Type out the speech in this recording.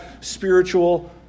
spiritual